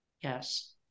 yes